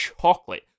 chocolate